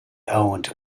owned